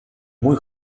muy